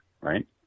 right